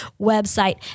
website